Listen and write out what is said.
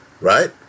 right